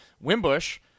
Wimbush